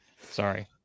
sorry